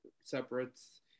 separates